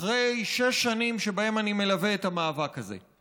אחרי שש שנים שבהן אני מלווה את המאבק הזה.